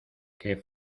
que